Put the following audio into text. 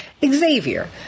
Xavier